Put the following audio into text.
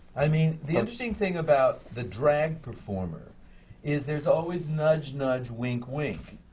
i mean, the interesting thing about the drag performer is there's always nudge, nudge, wink, wink.